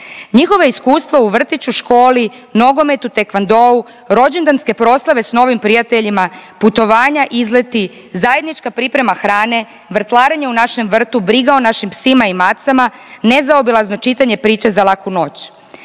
Njihova iskustva u vrtiću, školi, nogometu, tekvandou, rođendanske proslave sa novim prijateljima, putovanja, izleti, zajednička priprema hrane, vrtlarenje u našem vrtu, briga o našim psima i macama, nezaobilazno čitanje priče za laku noć.